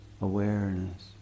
awareness